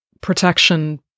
protection